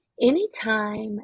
Anytime